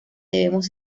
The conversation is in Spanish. debemos